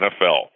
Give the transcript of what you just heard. NFL